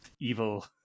evil